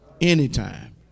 Anytime